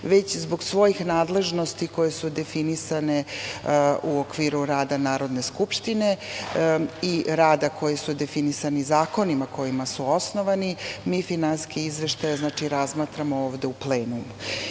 već zbog svojih nadležnosti koje su definisane u okviru rada Narodne skupštine i rada koji je definisan zakonima kojima su osnovani. Znači, mi finansijske izveštaje razmatramo ovde u plenumu. Kada